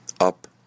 Up